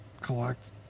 collect